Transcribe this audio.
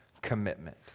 commitment